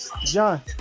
John